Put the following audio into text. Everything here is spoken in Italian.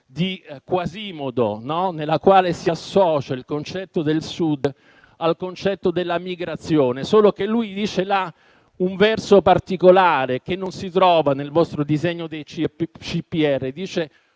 di Quasimodo, nella quale si associa il concetto del Sud al concetto della migrazione; solo che nella sua poesia si legge un verso particolare, che non si trova nel vostro disegno dei CPR: «Ma